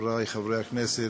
חברי חברי הכנסת,